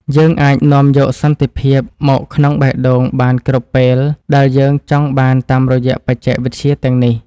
យើងអាចនាំយកសន្តិភាពមកក្នុងបេះដូងបានគ្រប់ពេលដែលយើងចង់បានតាមរយៈបច្ចេកវិទ្យាទាំងនេះ។